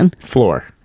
Floor